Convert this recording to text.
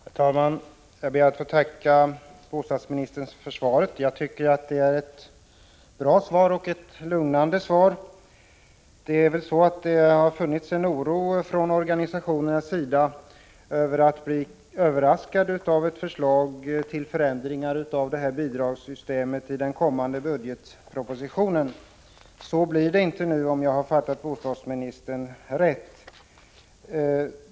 Herr talman! Jag ber att få tacka bostadsministern för svaret. Jag tycker att det är ett bra och lugnande svar. Det har funnits en oro från organisationernas sida för att i den kommande budgetpropositionen bli överraskade av ett förslag till förändringar av bidragssystemet. Så blir det nu inte, om jag fattade bostadsministern rätt.